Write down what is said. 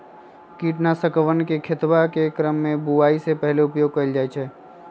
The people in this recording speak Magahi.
कीटनाशकवन के खेतवा के क्रम में बुवाई के पहले भी उपयोग कइल जाहई